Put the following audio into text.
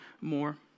more